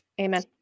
amen